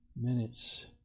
minutes